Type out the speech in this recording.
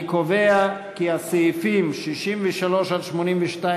אני קובע כי הסעיפים 63 82,